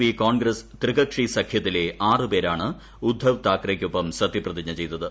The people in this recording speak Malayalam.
പി കോൺഗ്രസ്സ് ത്രികക്ഷി സഖ്യത്തിലെ ആറ് പ്രേരാ്ണ് ഉദ്ധവ് താക്കറെയ്ക്കൊപ്പം സത്യപ്രതിജ്ഞ ചെയ്തത്